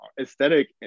aesthetic